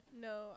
No